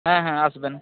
হ্যাঁ হ্যাঁ আসবেন